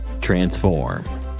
Transform